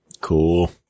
Cool